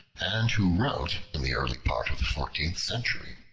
and who wrote in the early part of the fourteenth century.